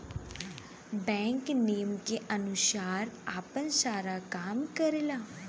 bank नियम के अनुसार आपन सारा काम करला